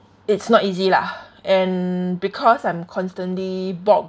it's not easy lah and because I'm constantly bogged